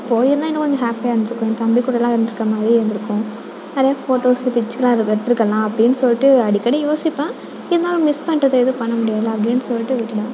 போயிருந்தால் இன்னும் கொஞ்சம் ஹேப்பியாக இருந்திருக்கும் என் தம்பி கூடெலாம் இருந்திருக்க மாதிரியே இருந்திருக்கும் நிறையா ஃபோட்டோஸு எடுத்திருக்கலாம் அப்படின் சொல்லிட்டு அடிக்கடி யோசிப்பேன் இருந்தாலும் மிஸ் பண்ணுறது எதுவும் பண்ண முடியாதுல அப்படின் சொல்லிட்டு விட்டுவிட்டேன்